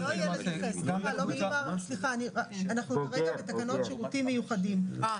אנחנו כרגע בתקנות שירותים מיוחדים,